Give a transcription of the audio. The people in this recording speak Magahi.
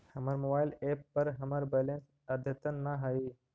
हमर मोबाइल एप पर हमर बैलेंस अद्यतन ना हई